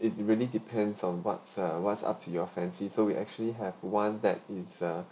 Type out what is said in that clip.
it really depends on what's uh what's up to your fancy so we actually have one that is a